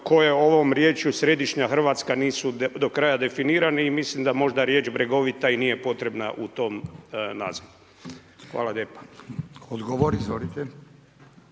koje ovom riječju središnja Hrvatska nisu do kraja definirani i mislim da možda riječ bregovita i nije potrebna u tom nazivu. Hvala lijepo. **Radin, Furio